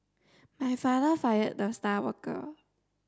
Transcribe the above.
my father fired the star worker